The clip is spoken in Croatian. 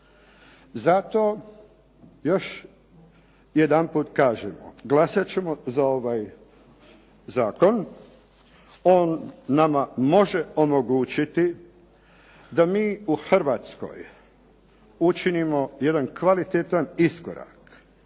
Zato još jednaput kažemo glasati ćemo za ovaj zakon, on nama može omogućiti da mi u Hrvatskoj učinimo jedan kvalitetan iskorak